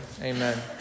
Amen